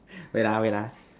wait lah wait lah